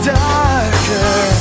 darker